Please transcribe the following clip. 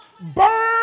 burn